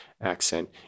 accent